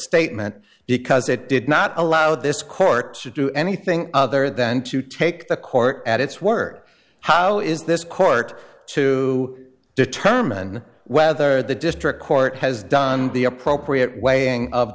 statement because it did not allow this court to do anything other than to take the court at its word how is this court to determine whether the district court has done the appropriate weighing of